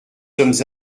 sommes